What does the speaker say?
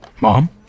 Mom